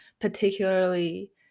particularly